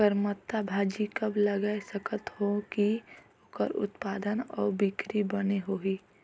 करमत्ता भाजी कब लगाय सकत हो कि ओकर उत्पादन अउ बिक्री बने होही?